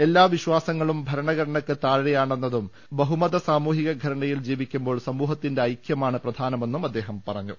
എല്ലാ വിശാസങ്ങളും ഭര ണഘടനക്ക് താഴെയാണെന്നും ബഹുമത സാമൂഹിക ഘടനയിൽ ജീവി ക്കുമ്പോൾ സമൂഹത്തിന്റെ ഐക്യമാണ് പ്രധാനമെന്നും അദ്ദേഹം പറഞ്ഞു